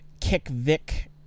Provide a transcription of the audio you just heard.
kick-Vic